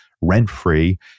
rent-free